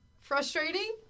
Frustrating